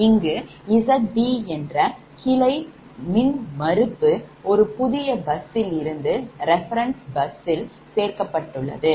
இங்கு Zb என்ற கிளை மின்மறுப்பு ஒரு புதிய busல் இருந்து reference busல் சேர்க்கப்பட்டுள்ளது